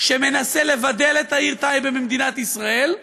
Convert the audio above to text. שמנסה לבדל את העיר טייבה ממדינת ישראל,